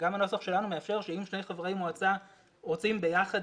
גם הנוסח שלנו מאפשר אם שני חברי מועצה רוצים לשבת ביחד,